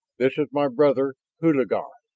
this is my brother hulagur.